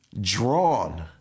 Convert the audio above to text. drawn